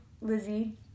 Lizzie